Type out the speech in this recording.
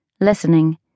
listening